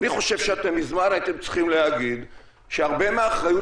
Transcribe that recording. אני חושב שמזמן הייתם צריכים להגיד שהרבה מהאחריות